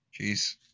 Jeez